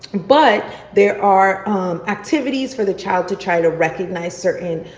but there are activities for the child to try to recognize certain